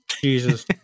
Jesus